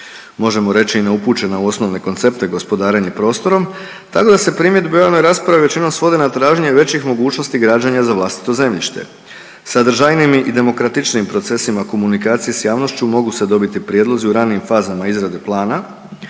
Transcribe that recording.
možemo reći i neupućena u osnovne koncepte gospodarenja prostorom tako da se primjedbe u javnoj raspravi većinom svode na traženje većih mogućnosti građenja za vlastito zemljište. Sadržajnijim i demokratičnijim procesima komunikacije sa javnošću mogu se dobiti prijedlozi u ranijim fazama izrade plana